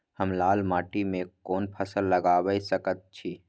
हम लाल माटी में कोन फसल लगाबै सकेत छी?